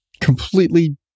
completely